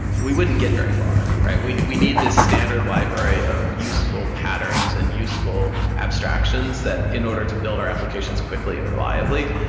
we wouldn't get very far. we we need this standard library of useful patterns and useful abstractions that in order to build our applications quickly and reliably,